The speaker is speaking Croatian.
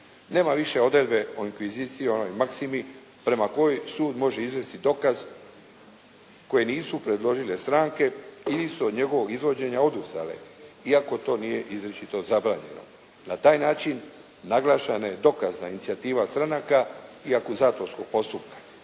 Nema više odredbe o inkviziji, onoj maksimi prema kojoj sud može izvesti dokaz koji nisu predložile stranke i nisu od njegovog izvođenja odustale iako to nije izričito zabranjeno. Na taj način naglašena je dokazna inicijativa stranaka …/Govornik se